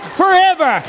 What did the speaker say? forever